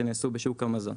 שנעשו בשוק המזון.